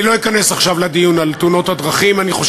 אני לא אכנס עכשיו לדיון על תאונות הדרכים.